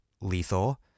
lethal